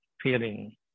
feeling